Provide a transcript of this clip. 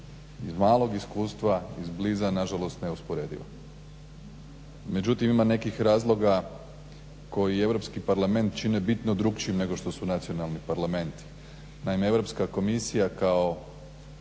iz malog iskustva izbliza nažalost neusporedivo. Međutim ima nekih razloga koji Europski parlament čini bitno drukčijim nego što su nacionalni parlamenti. Naime Europska komisija kao